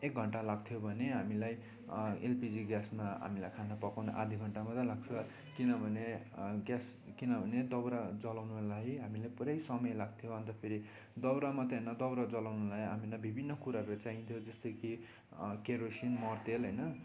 एक घन्टा लाग्थ्यो भने हामीलाई एलपिजी ग्यासमा हामीलाई खाना पकाउन आधी घन्टा मात्रै लाग्छ किनभने ग्यास किनभने दाउरा जलाउनुलाई हामीलाई पूरै समय लाग्थ्यो अन्त फेरि दाउरा मात्रै होइन दाउरा जलाउनुलाई हामीलाई विभिन्न कुराहरू चाहिन्थ्यो जस्तै कि केरोसिन मट्टितेल होइन